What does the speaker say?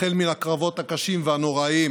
מן הקרבות הקשים והנוראיים